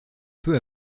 peu